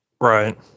Right